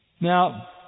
Now